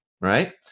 right